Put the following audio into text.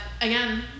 again